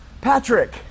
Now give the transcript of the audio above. Patrick